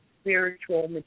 spiritual